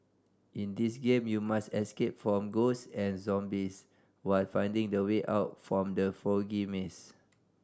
in this game you must escape from ghosts and zombies while finding the way out from the foggy maze